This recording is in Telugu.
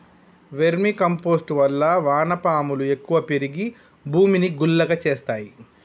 వెర్మి కంపోస్ట్ వల్ల వాన పాములు ఎక్కువ పెరిగి భూమిని గుల్లగా చేస్తాయి